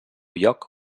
lloc